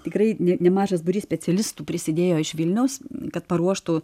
tikrai nemažas būrys specialistų prisidėjo iš vilniaus kad paruoštų